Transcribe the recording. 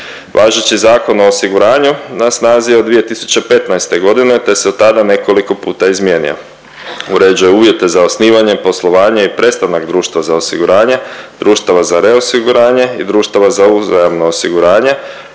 Važeći Zakon o osiguranju na snazi je od 2015. godine te se od tada nekoliko puta izmijenio. Uređuje uvjete za osnivanje, poslovanje i prestanak društva za osiguranje, društava za reosiguranje i društava za uzajamno osiguranje,